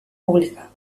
pública